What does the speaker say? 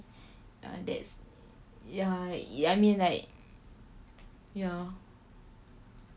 ya that's ya I mean like ya